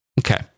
Okay